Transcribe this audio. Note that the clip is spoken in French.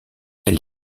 elle